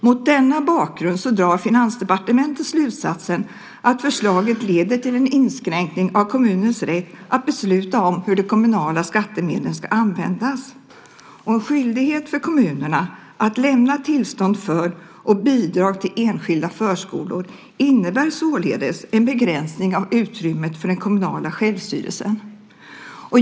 Mot denna bakgrund drar Finansdepartementet slutsatsen att förslaget leder till en inskränkning av kommunens rätt att besluta om hur de kommunala skattemedlen ska användas. En skyldighet för kommunerna att lämna tillstånd för och bidrag till enskilda förskolor innebär således en begränsning av utrymmet för den kommunala självstyrelsen.